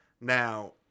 Now